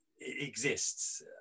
exists